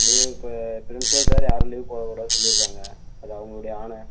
leave இப்போ principal sir யாரும் leave போடக்கூடாதுன்னு சொல்லியிருக்காங்க அது அவங்குடைய ஆணை